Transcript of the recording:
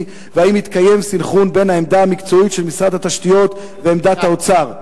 והאם התקיים סנכרון בין העמדה המקצועית של משרד התשתיות ועמדת האוצר.